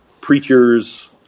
preachers